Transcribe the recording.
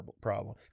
problem